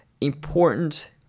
important